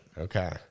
Okay